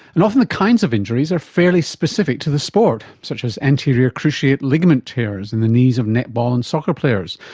and often the kinds of injuries are fairly specific to the sport, such as anterior cruciate ligament tears in the knees of netball and soccer players,